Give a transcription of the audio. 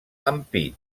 ampit